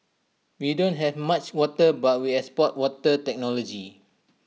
we don't have much water but we export water technology